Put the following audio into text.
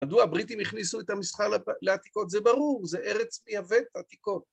מדוע הבריטים הכניסו את המסחר לעתיקות? זה ברור, זה ארץ מייבאת עתיקות